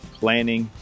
planning